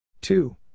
Two